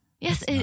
Yes